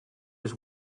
was